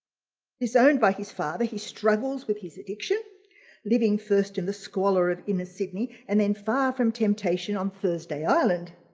disowned by his father he struggles with his addiction living first in the squalor of inner sydney and then far from temptation on thursday island.